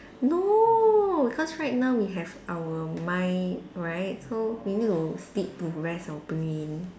no because right now we have our mind right so we need to sleep to rest our brain